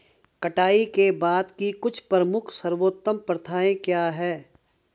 कटाई के बाद की कुछ प्रमुख सर्वोत्तम प्रथाएं क्या हैं?